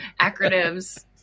acronyms